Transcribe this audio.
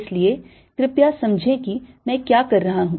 इसलिए कृपया समझें कि मैं क्या कर रहा हूं